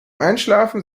einschlafen